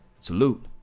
Salute